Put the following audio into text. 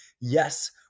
Yes